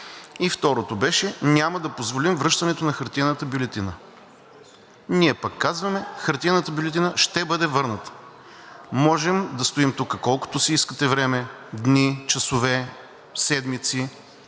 И второто беше – няма да позволим връщането на хартиената бюлетина. Ние пък казваме – хартиената бюлетина ще бъде върната. Можем да стоим тук колкото си искате време – дни, часове, седмици.